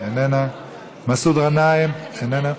איננה, מסעוד גנאים, איננו,